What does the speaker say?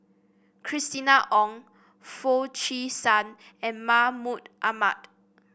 Christina Ong Foo Chee San and Mahmud Ahmad